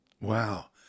Wow